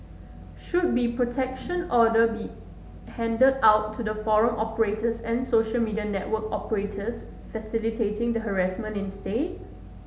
should be protection order be handed out to the forum operators and social media network operators facilitating the harassment instead